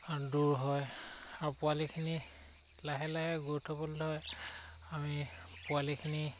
দূৰ হয় আৰু পোৱালিখিনি লাহে লাহে আমি পোৱালিখিনি